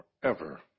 forever